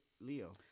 Leo